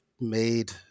made